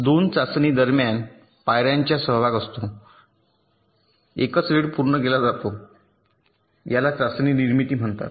दोन चाचणी दरम्यान पायर्यांचा सहभाग असतो एकच वेळ पूर्ण केला जातो याला चाचणी निर्मिती म्हणतात